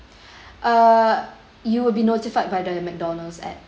uh you will be notified by the mcdonald's at